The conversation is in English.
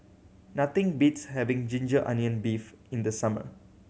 nothing beats having ginger onion beef in the summer